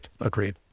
Agreed